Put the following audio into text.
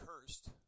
cursed